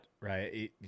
right